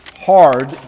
hard